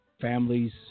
Families